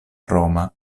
roma